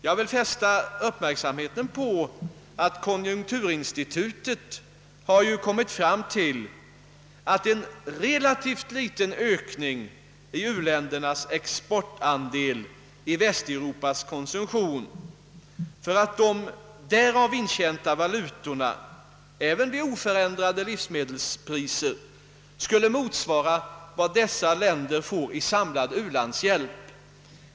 Jag vill fästa uppmärksamheten på att konjunkturinstitutet framhållit att det bara behövs en relativt liten ökning av u-ländernas exportandel i Västeuropas konsumtion för att de därav intjänta valutorna, även vid oförändrade livs medelspriser, skulle motsvara vad dessa länder får i samlad u-landshjälp.